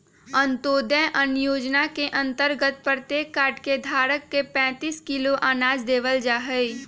अंत्योदय अन्न योजना के अंतर्गत प्रत्येक कार्ड धारक के पैंतीस किलो अनाज देवल जाहई